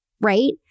right